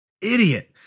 Idiot